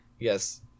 Yes